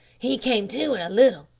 he came to in a little,